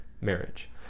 marriage